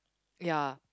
ya